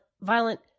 violent